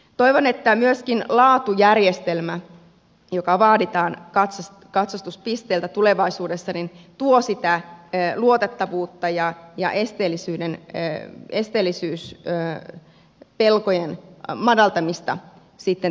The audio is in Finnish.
toivon että myöskin laatujärjestelmä joka vaaditaan katsastuspisteeltä tulevaisuudessa tuo sitä luotettavuutta ja esteellisyyspelkojen madaltamista sitten tähän katsastukseen